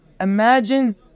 Imagine